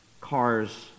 cars